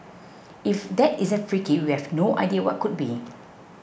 if that isn't freaky we have no idea what could be